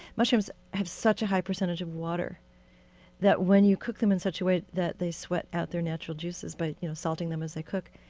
mushrooms have such a high percentage of water that when you cook them in such a way that they sweat out their natural juices by you know salting them as they cook,